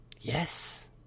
Yes